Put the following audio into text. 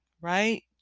right